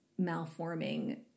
malforming